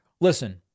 Listen